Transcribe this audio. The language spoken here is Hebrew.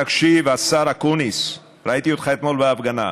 תקשיב, השר אקוניס, ראיתי אותך אתמול בהפגנה.